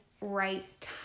right